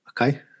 Okay